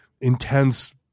intense